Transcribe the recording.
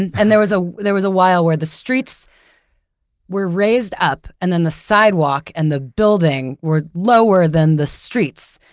and and there was ah there was a while where the streets were raised up and the sidewalks and the building were lower than the streets.